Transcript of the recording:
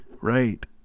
Right